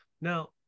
now